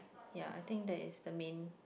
ya I think that is the main